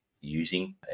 using